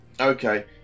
Okay